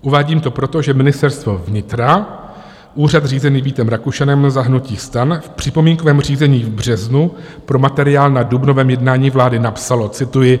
Uvádím to proto, že Ministerstvo vnitra, úřad řízený Vítem Rakušanem za hnutí STAN, v připomínkovém řízení v březnu pro materiál na dubnovém jednání napsalo cituji: